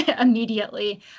Immediately